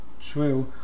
true